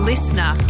Listener